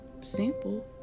simple